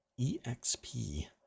EXP